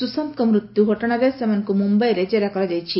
ସୁଶାନ୍ତଙ୍କ ମୃତ୍ୟୁ ଘଟଣାରେ ସେମାନଙ୍କୁ ମୁମ୍ବାଇରେ ଜେରା କରାଯାଇଛି